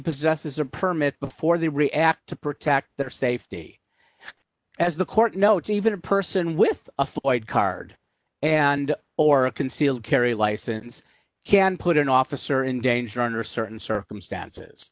possesses or permit before they really act to protect their safety as the court noted even a person with a foid card and or a concealed carry license can put an officer in danger under certain circumstances